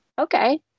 Okay